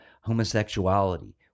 homosexuality